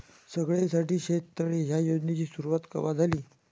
सगळ्याइसाठी शेततळे ह्या योजनेची सुरुवात कवा झाली?